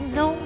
no